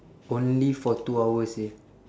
only for two hours seh